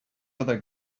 other